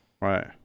Right